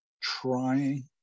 trying